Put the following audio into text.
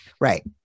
Right